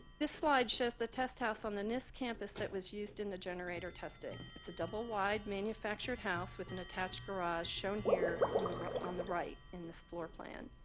this slide shows the test house on the nist campus that was used in the generator testing. it's a double-wide manufactured house with an attached garage shown here in the on the right in this floor plan.